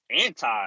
anti-